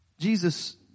Jesus